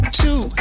two